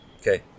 Okay